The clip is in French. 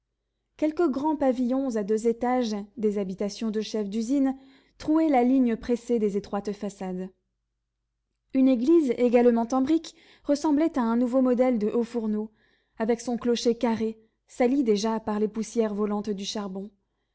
quelques grands pavillons à deux étages des habitations de chefs d'usines trouaient la ligne pressée des étroites façades une église également en briques ressemblait à un nouveau modèle de haut fourneau avec son clocher carré sali déjà par les poussières volantes du charbon